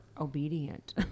obedient